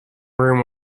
room